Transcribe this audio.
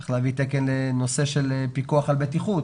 צריך להביא תקן לנושא של פיקוח על בטיחות.